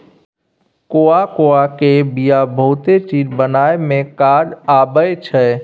cocoa केर बिया बहुते चीज बनाबइ मे काज आबइ छै